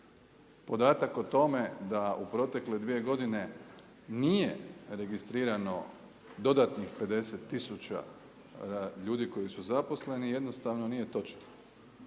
Podatak o tome da u protekle 2 godine, nije registrirano dodatnih 50000 ljudi koji su zaposleni, jednostavno nije točno.